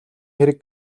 хэрэг